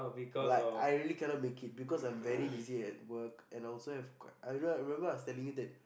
like I really cannot make it because I'm very busy at work and also have quite I don't know remember I was telling you that